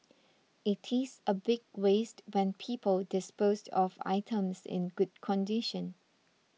it is a big waste when people dispose of items in good condition